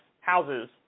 houses